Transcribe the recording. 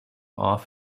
off